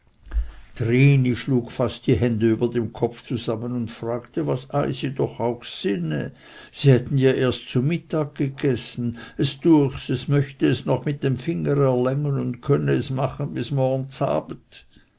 trini schlug fast die hände über dem kopf zusammen und fragte was eisi doch auch sinne sie hätten ja erst zu mittag gegessen es düechs es möchte es noch mit dem finger erlängen und könnte es machen bis